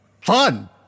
Fun